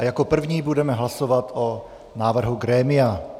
Jako první budeme hlasovat o návrhu grémia.